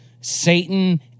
Satan